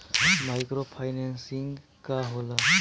Micro financing का होला?